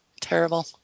terrible